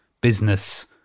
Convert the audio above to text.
business